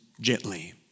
gently